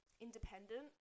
independent